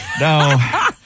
No